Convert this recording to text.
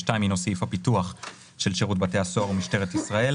הינו סעיף הפיתוח של שירות בתי הסוהר ומשטרת ישראל,